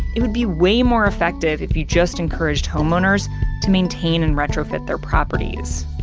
it would be way more effective if you just encouraged homeowners to maintain and retrofit their properties.